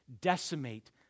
decimate